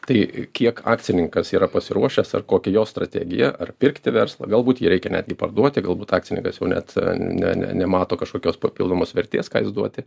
tai kiek akcininkas yra pasiruošęs ar kokia jo strategija ar pirkti verslą galbūt jį reikia netgi parduoti galbūt akcininkas jau net ne ne nemato kažkokios papildomos vertės ką jis duoti